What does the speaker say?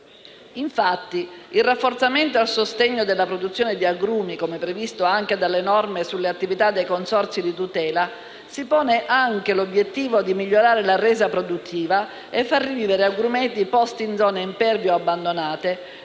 Infatti, il rafforzamento al sostegno della produzione di agrumi, come previsto anche dalle norme sulle attività dei consorzi di tutela, si pone anche l'obiettivo di migliorare la resa produttiva e far rivivere agrumeti posti in zone impervie o abbandonate,